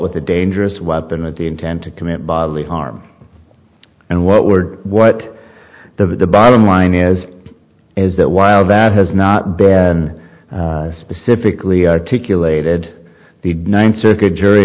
with a dangerous weapon with the intent to commit bodily harm and what we're what the bottom line is is that while that has not been specifically articulated the ninth